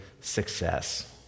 success